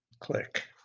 click